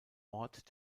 ort